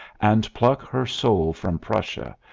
and pluck her soul from prussia,